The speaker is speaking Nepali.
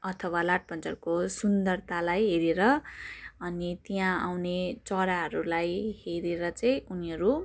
अथवा लाठपन्चरको सुन्दरतालाई हेरेर अनि त्यहाँ आउने चराहरूलाई हेरेर चाहिँ उनीहरू